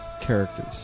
characters